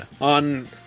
on